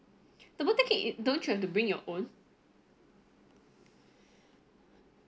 the don't you have to bring your own